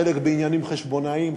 חלק עניינים חשבונאיים,